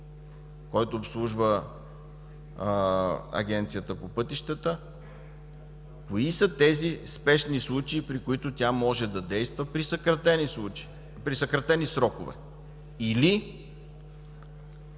който обслужва Агенцията по пътищата, кои са тези спешни случаи, при които тя може да действа при съкратени срокове или